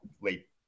late